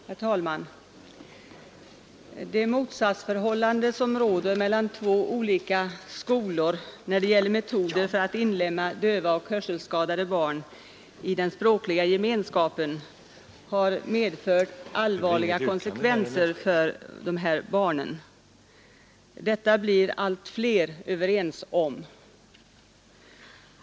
Herr talman! Det motsatsförhållande som råder mellan två skolor när det gäller metoder för att inlemma döva och hörselskadade barn i den språkliga gemenskapen har medfört allvarliga konsekvenser för dessa barn. Detta blir allt fler överens om.